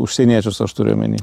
užsieniečius aš turiu omeny